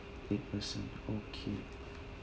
eight person okay